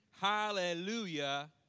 hallelujah